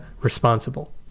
responsible